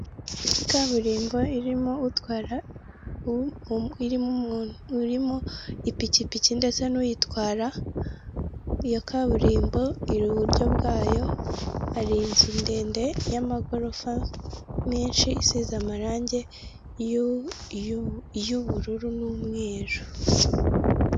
Kaburimbo irimo utwara irimo umuntu urimo ipikipiki ndetse n'uyitwara iyo kaburimbo iri iburyo bwayo hari inzu ndende y'amagorofa menshi isize amarangi y'ubururu n'umweru.